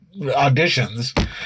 auditions